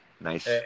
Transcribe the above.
nice